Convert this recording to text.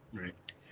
Right